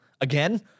Again